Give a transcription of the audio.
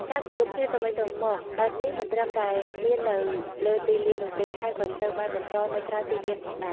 ការគោរពគ្នាទៅវិញទៅមកបែបនេះមិនត្រឹមតែមាននៅលើទីលាននោះទេ ហើយក៏ត្រូវបានបន្តនៅក្រៅទីលានផងដែរ។